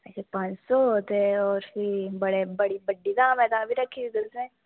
अच्छा पंज सौ ते ओह् भी बड़े बड़ी बड्डी धाम ऐ तां फ्ही रक्खी दी तुसें